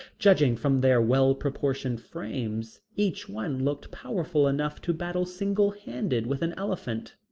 judging from their well-proportioned frames, each one looked powerful enough to battle single handed with an elephant.